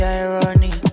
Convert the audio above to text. irony